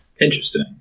Interesting